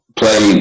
play